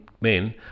men